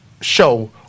show